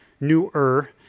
newer